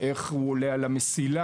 איך הוא עולה על המסילה?